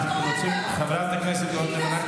תומך טרור, חברת הכנסת גוטליב, כבר אמרת.